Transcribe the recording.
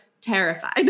terrified